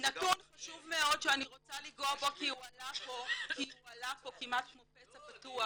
נתון חשוב מאוד שאני רוצה לגעת בו כי הוא עלה פה כמעט כמו פצע פתוח,